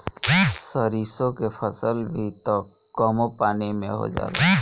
सरिसो के फसल भी त कमो पानी में हो जाला